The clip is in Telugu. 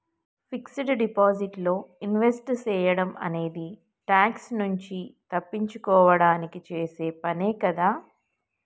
ఫిక్స్డ్ డిపాజిట్ లో ఇన్వెస్ట్ సేయడం అనేది ట్యాక్స్ నుంచి తప్పించుకోడానికి చేసే పనే కదా